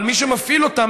אבל מי שמפעיל אותן,